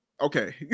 Okay